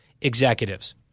executives